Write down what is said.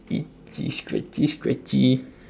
itchy scratchy scratchy